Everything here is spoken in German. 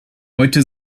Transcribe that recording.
heute